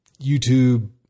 YouTube